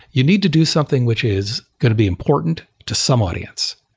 you need to do something which is going to be important to some audience.